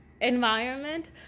Environment